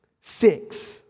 fix